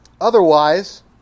otherwise